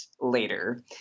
later